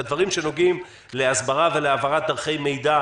את הדברים שנוגעים להסברה והעברת דרכי מידע